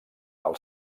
del